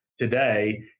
today